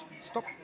Stop